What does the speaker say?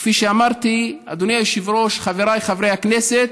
כפי שאמרתי, אדוני היושב-ראש, חבריי חברי הכנסת,